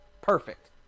perfect